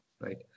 Right